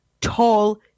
tall